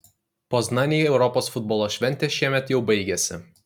poznanei europos futbolo šventė šiemet jau baigėsi